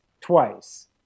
twice